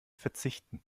verzichten